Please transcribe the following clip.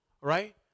Right